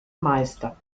meister